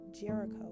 Jericho